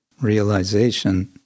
realization